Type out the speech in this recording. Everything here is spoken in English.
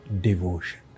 devotion